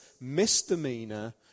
misdemeanor